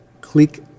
click